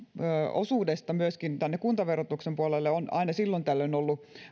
osuudesta myöskin tänne kuntaverotuksen puolelle on aina silloin tällöin ollut